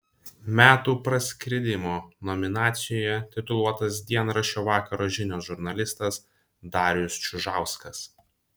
metų praskridimo nominacijoje tituluotas dienraščio vakaro žinios žurnalistas darius čiužauskas